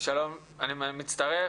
אני מצטרף.